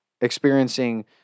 experiencing